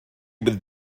would